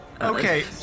Okay